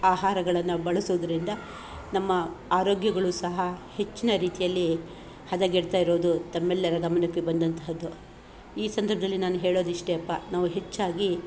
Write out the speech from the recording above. ಆಹಾರಗಳನ್ನು ಬಳಸೋದ್ರಿಂದ ನಮ್ಮ ಆರೋಗ್ಯಗಳು ಸಹ ಹೆಚ್ಚಿನ ರೀತಿಯಲ್ಲಿ ಹದಗೆಡ್ತಾ ಇರೋದು ತಮ್ಮೆಲರ ಗಮನಕ್ಕೆ ಬಂದಂತಹದ್ದು ಈ ಸಂದರ್ಭದಲ್ಲಿ ನಾನು ಹೇಳೋದು ಇಷ್ಟೆ ಅಪ್ಪಾ ನಾವು ಹೆಚ್ಚಾಗಿ